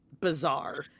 bizarre